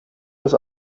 das